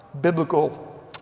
biblical